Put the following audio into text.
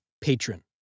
patron